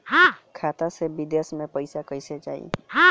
खाता से विदेश मे पैसा कईसे जाई?